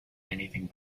anything